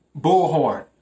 Bullhorn